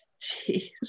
Jeez